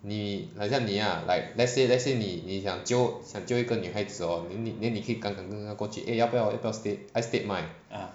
你好像你啊 like let's say let's say 你你想 jio 一个女孩子 hor then 你 then 你可以敢敢跟她过去 eh 要不要 stead ai stead mai